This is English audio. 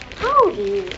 how dey